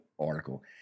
article